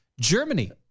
Germany